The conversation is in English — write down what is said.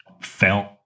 felt